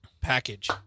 package